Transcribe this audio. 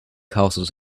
castles